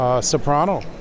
soprano